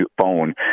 phone